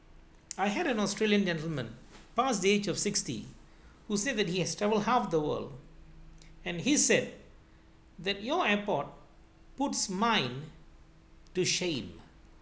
I had an australian gentlemen pass the age of sixty who said that he has travel half the world and he said that your airport puts mine to shame